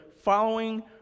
following